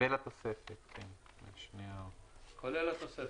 כולל התוספת.